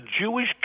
Jewish